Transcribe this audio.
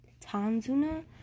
Tanzuna